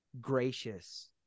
gracious